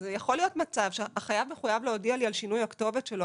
אז יכול להיות מצב שהחייב מחויב להודיע לי על שינוי הכתובת שלו.